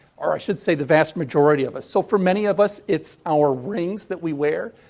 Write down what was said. or, i should say, the vast majority of us. so, for many of us, it's our rings that we wear.